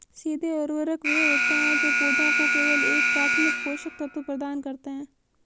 सीधे उर्वरक वे होते हैं जो पौधों को केवल एक प्राथमिक पोषक तत्व प्रदान करते हैं